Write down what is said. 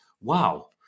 wow